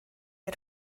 neu